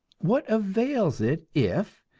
what avails it if,